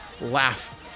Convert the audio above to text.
laugh